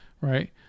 right